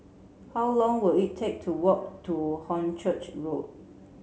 how long will it take to walk to Hornchurch Road